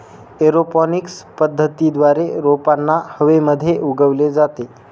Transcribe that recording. aeroponics पद्धतीद्वारे रोपांना हवेमध्ये उगवले जाते